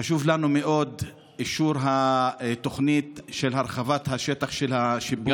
חשוב לנו מאוד אישור התוכנית של הרחבת שטח השיפוט,